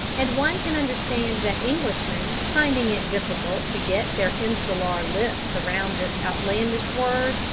and one can understand that englishmen, finding it difficult to get their insular lips round this outlandish word,